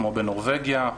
כמו בנורבגיה,